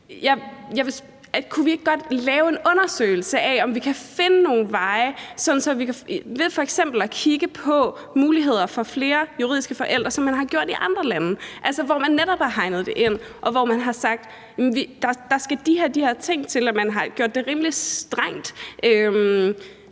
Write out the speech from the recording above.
Kunne vi ikke godt lave en undersøgelse af, om vi kan finde nogle veje ved f.eks. at kigge på muligheder for flere juridiske forældre, som man har gjort i andre lande, altså hvor man netop har hegnet det ind og sagt, at der skal de og de ting til? Man har gjort det rimelig strengt,